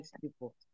people